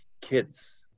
kids